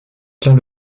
plein